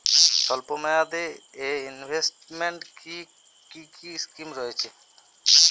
স্বল্পমেয়াদে এ ইনভেস্টমেন্ট কি কী স্কীম রয়েছে?